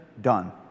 Done